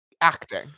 acting